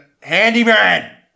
handyman